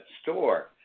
store